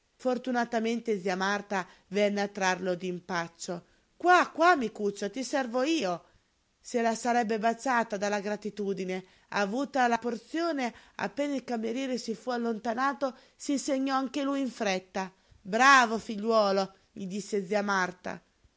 fortunatamente zia marta venne a trarlo d'impaccio qua qua micuccio ti servo io se la sarebbe baciata dalla gratitudine avuta la porzione appena il cameriere si fu allontanato si segnò anche lui in fretta bravo figliuolo gli disse zia marta